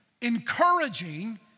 encouraging